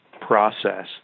process